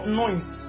noise